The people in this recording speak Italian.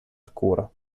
scuro